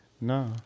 No